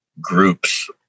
groups